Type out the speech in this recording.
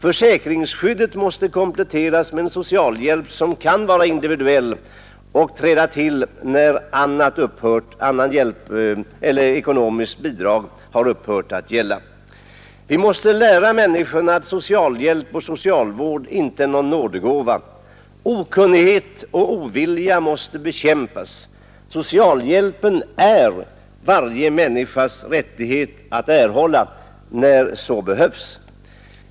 Försäkringsskyddet måste kompletteras med en socialhjälp som kan vara individuell och träda till när annat ekonomiskt bidrag har upphört att gälla. Vi måste lära människorna att socialhjälp och socialvård inte är någon nådegåva. Okunnighet och ovilja måste bekämpas. Det är varje människas rättighet att erhålla socialhjälp när så behövs.